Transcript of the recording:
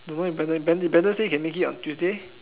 don't know if Brandon Bran~ did Brandon say he can make it on Tuesday